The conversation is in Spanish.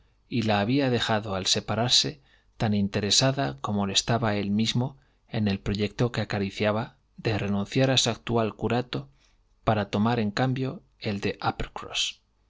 y la había dejado al separarse tan interesada como lo estaba él mismo en el proyecto que acariciaba de renunciar a su actual curato para tomar en cambio el de